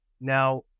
Now